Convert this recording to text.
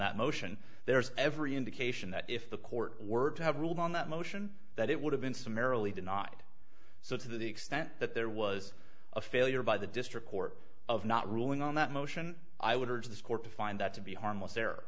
that motion there's every indication that if the court were to have ruled on that motion that it would have been summarily denied so to the extent that there was a failure by the district court of not ruling on that motion i would urge this court to find that to be harmless